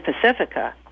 Pacifica